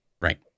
Right